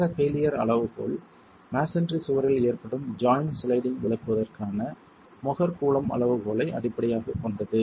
மற்ற பெய்லியர் அளவுகோல் மஸோன்றி சுவரில் ஏற்படும் ஜாய்ண்ட் சிளைடிங் விளக்குவதற்கான மொஹர் கூலம்ப் அளவுகோலை அடிப்படையாகக் கொண்டது